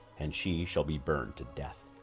and she shall be burned to death